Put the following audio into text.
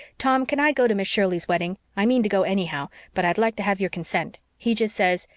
tom, can i go to miss shirley's wedding? i mean to go anyhow, but i'd like to have your consent he just says,